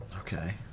Okay